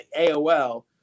AOL